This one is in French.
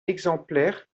exemplaires